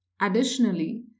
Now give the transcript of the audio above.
Additionally